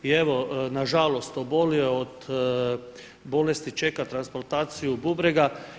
I evo na žalost obolio je od bolesti, čeka transplantaciju bubrega.